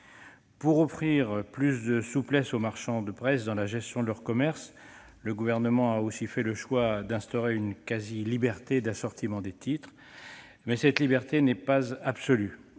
Pour offrir plus de souplesse aux marchands de presse dans la gestion de leur commerce, le Gouvernement a aussi fait le choix d'instaurer une quasi-liberté d'assortiment des titres. Cette liberté n'est pas absolue.